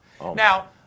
Now